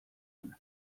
bana